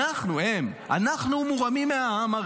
אנחנו, הם, אנחנו הרי מורמים מהעם.